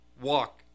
walk